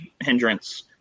hindrance